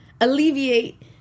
Alleviate